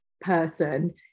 person